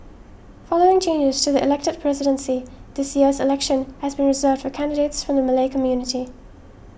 following changes to the elected presidency this year's election has been reserved for candidates from the Malay community